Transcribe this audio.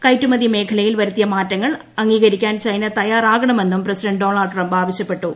കയറ്റുമതി മേഖലയിൽ വരുത്തിയ മാറ്റങ്ങൾ അംഗീകരിക്കാൻ ചൈന തയ്യാറാകണമെന്നും പ്രസിഡന്റ് ഡോണാൾഡ് ട്രംപ് ആവശ്യപ്പെട്ടു